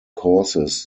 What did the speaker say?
causes